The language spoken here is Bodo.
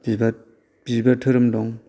बिबार बिबार धोरोम दं